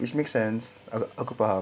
this makes sense aku aku faham